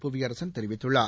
புவியரசன் தெரிவித்துள்ளார்